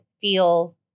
feel